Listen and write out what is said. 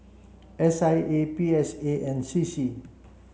S I A P S A and C C